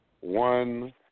One